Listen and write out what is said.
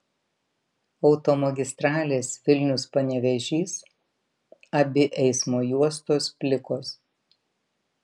automagistralės vilnius panevėžys abi eismo juostos plikos